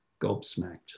gobsmacked